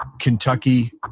Kentucky